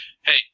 Hey